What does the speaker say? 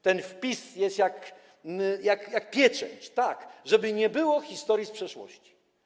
Ten wpis jest jak pieczęć, tak żeby nie było historii z przeszłości.